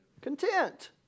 Content